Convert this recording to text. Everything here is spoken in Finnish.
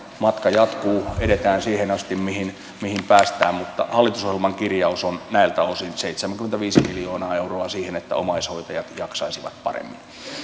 matka jatkuu edetään siihen asti mihin mihin päästään mutta hallitusohjelman kirjaus on näiltä osin seitsemänkymmentäviisi miljoonaa euroa siihen että omaishoitajat jaksaisivat paremmin